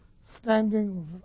standing